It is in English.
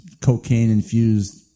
cocaine-infused